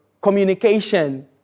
communication